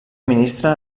ministre